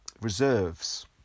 Reserves